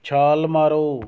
ਛਾਲ ਮਾਰੋ